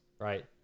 right